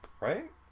Right